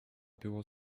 było